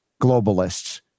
globalists